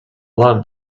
love